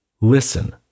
Listen